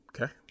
Okay